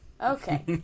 Okay